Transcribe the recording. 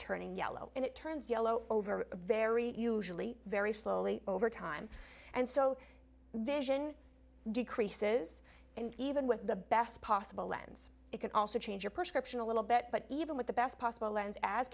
turning yellow and it turns yellow over very usually very slowly over time and so then decreases and even with the best possible lens it can also change your prescription a little bit but even with the best possible